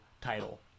title